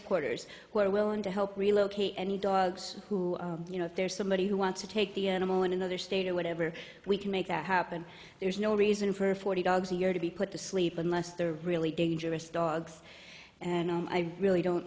transporters were willing to help relocate any dogs who you know if there's somebody who wants to take the animal in another state or whatever we can make that happen there's no reason for forty dogs a year to be put to sleep unless they're really dangerous dogs and i really don't